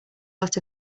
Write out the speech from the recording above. lot